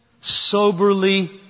Soberly